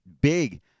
big